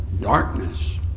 Darkness